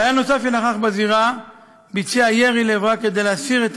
חייל נוסף שנכח בזירה ביצע ירי לעברה כדי להסיר את